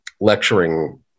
lecturing